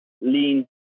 lean